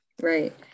right